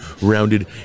rounded